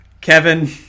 Kevin